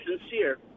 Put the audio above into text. sincere